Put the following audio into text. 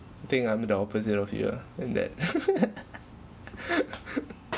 I think I'm the opposite of you ah and that